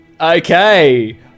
Okay